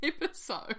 episode